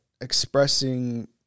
expressing